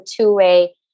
two-way